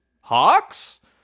Hawks